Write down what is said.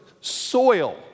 soil